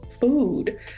food